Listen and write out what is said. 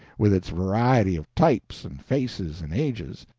with its variety of types and faces and ages,